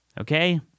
Okay